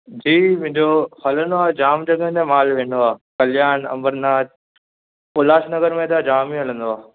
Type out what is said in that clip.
जी मुंहिंजो हलंदो आहे जाम जॻहि ते मालु वेंदो आहे कल्याण अमरनाथ उल्हासनगर में त जाम ई हलंदो आहे